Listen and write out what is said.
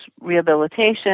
rehabilitation